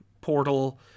portal